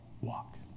walk